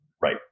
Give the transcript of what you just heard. Right